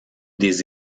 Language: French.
des